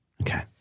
Okay